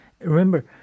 Remember